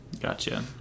Gotcha